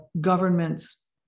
governments